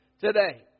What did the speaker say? today